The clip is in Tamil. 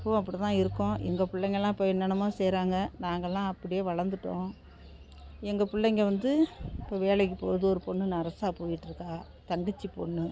இப்போவும் அப்படி தான் இருக்கோம் எங்கள் பிள்ளைங்கள்லாம் இப்போ என்னென்னமோ செய்கிறாங்க நாங்கள்லாம் அப்படியே வளர்ந்துட்டோம் எங்கள் பிள்ளைங்க வந்து இப்போ வேலைக்கு போகுது ஒரு பொண்ணு நர்ஸாக போய்ட்ருக்கா தங்கச்சி பொண்ணு